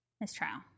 mistrial